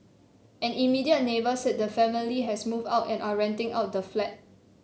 an immediate neighbour said the family has moved out and are renting out the flat